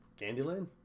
Candyland